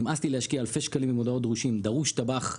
נמאס לי להשקיע אלפי שקלים בהודעות דרושים דרוש טבח,